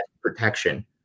protection